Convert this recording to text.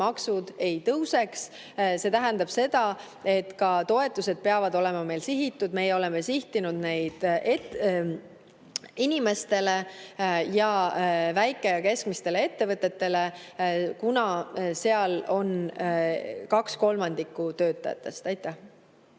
maksud ei tõuseks. See tähendab seda, et ka toetused peavad olema meil sihitud. Meie oleme sihtinud neid inimestele ning väike‑ ja keskmistele ettevõtetele, kuna seal on kaks kolmandikku töötajatest. Aitäh!